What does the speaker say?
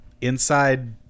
inside